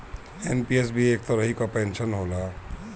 NPS भी एक तरही कअ पेंशन होला